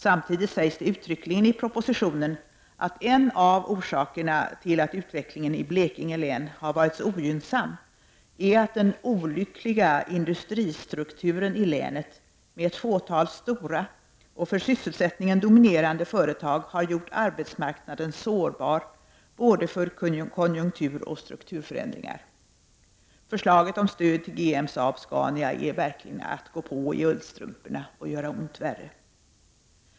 Samtidigt sägs det uttryckligen i propositionen att en av orsakerna till att utvecklingen i Blekinge län har varit så ogynnsam är att den olyckliga ”industristrukturen i länet, med ett fåtal stora och för sysselsättningen dominerande företag, har gjort arbetsmarknaden sårbar för både konjunkturoch strukturförändringar”. Förslaget om stöd till GM-Saab-Scania är verkligen att gå på i ullstrumporna och göra ont värre.